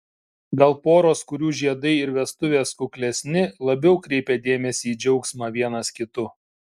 gal poros kurių žiedai ir vestuvės kuklesni labiau kreipia dėmesį į džiaugsmą vienas kitu